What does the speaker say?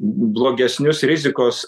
blogesnius rizikos